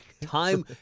Time